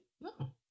No